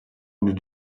une